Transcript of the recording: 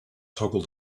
toggle